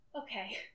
Okay